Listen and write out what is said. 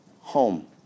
home